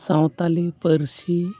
ᱥᱟᱱᱛᱟᱲᱤ ᱯᱟᱹᱨᱥᱤ